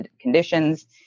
conditions